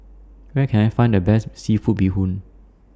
Where Can I Find The Best Seafood Bee Hoon